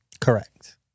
Correct